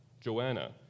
Joanna